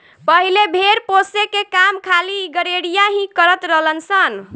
पहिले भेड़ पोसे के काम खाली गरेड़िया ही करत रलन सन